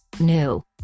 New